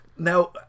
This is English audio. Now